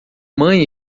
mãe